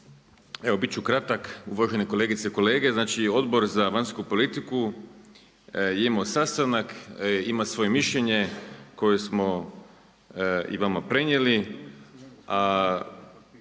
Evo bit ću kratak. Uvažene kolegice i kolege. Znači Odbor za vanjsku politiku je imao sastanak, ima svoje mišljenje koje smo i vama prenijeli,